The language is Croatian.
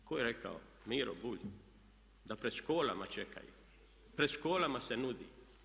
Tko je rekao, Miro Bulj da pred školama čekaju, pred školama se nudi.